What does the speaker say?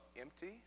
empty